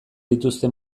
dituzte